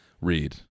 read